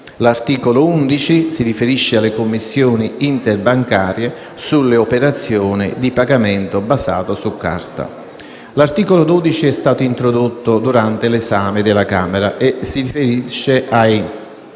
L'articolo 11 si riferisce alle commissioni interbancarie sulle operazioni di pagamento basate su carta. L'articolo 12 è stato introdotto durante l'esame del disegno di legge